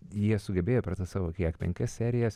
jie sugebėjo per tą savo kiek penkias serijas